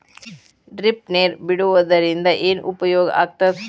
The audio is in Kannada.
ಡ್ರಿಪ್ ನೇರ್ ಬಿಡುವುದರಿಂದ ಏನು ಉಪಯೋಗ ಆಗ್ತದ?